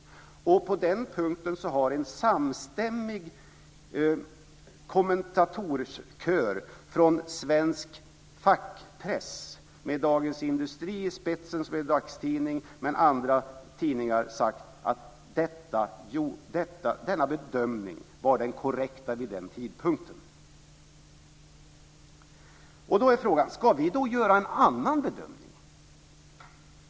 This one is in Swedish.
Och på den punkten har en samstämmig kommentatorskör från svensk fackpress, med Dagens Industri i spetsen, som är en dagstidning, och andra tidningar, sagt att denna bedömning var den korrekta vid den tidpunkten. Då är frågan: Ska vi då göra en annan bedömning?